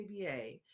ABA